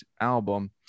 album